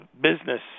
business